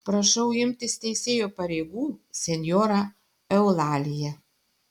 prašau imtis teisėjo pareigų senjora eulalija